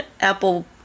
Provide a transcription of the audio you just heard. Apple